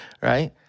right